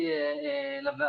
דקה ואז אפשר יהיה לתקוף בחזרה.